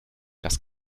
das